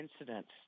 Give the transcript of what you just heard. incidents